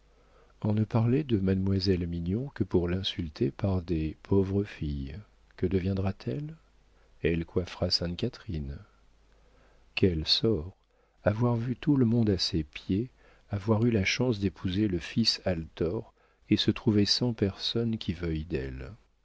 on ne parlait de mademoiselle mignon que pour l'insulter par des pauvre fille que deviendra t elle elle coiffera sainte catherine quel sort avoir vu tout le monde à ses pieds avoir eu la chance d'épouser le fils althor et se trouver sans personne qui veuille d'elle